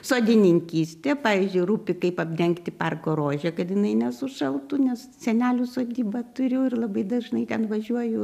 sodininkystė pavyzdžiui rūpi kaip apdengti parko rožę kad jinai nesušaltų nes senelių sodybą turiu ir labai dažnai ten važiuoju